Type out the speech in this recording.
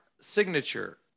signature